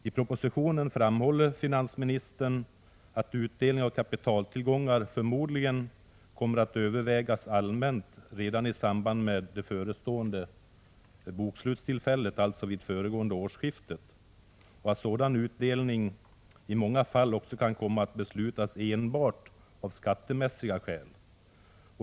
I propositionen framhåller finansministern, att utdelning av kapitaltillgångar förmodligen kommer att övervägas allmänt redan i samband med det förestående bokslutstillfället — alltså vid föregående årsskifte — och att sådan utdelning i många fall också kan komma att beslutas enbart av skattemässiga skäl.